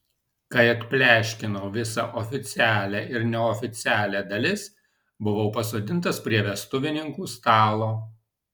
kai atpleškinau visą oficialią ir neoficialią dalis buvau pasodintas prie vestuvininkų stalo